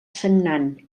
sagnant